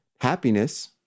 happiness